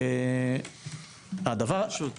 אדוני